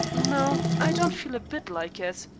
no, i don't feel a bit like it.